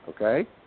Okay